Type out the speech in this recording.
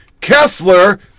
Kessler